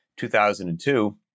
2002